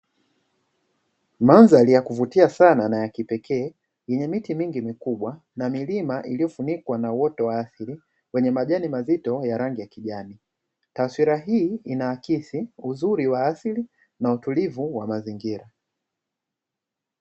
Mandhari ya kuvutia sana na ya kipekee yenye miti mingi mikubwa na milima iliyofunikwa na uoto wa asili kwenye majani mazito ya rangi ya kijani , taswira hii inaakisi uzuri wa asili na utulivu wa mazingira.